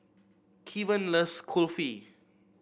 Keven loves Kulfi